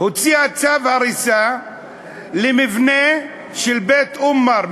הוציאה צו הריסה למבנה של בית-עומאר,